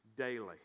daily